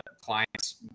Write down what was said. clients